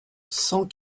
cent